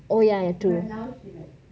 o ya true